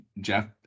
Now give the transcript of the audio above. Jeff